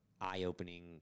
eye-opening